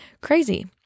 crazy